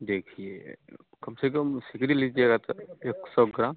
देखिए कम से कम सिकड़ी लीजिएगा तो एक सौ ग्राम